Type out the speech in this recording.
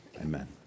amen